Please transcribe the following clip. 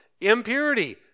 impurity